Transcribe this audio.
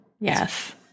Yes